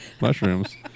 mushrooms